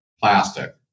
plastic